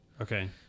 Okay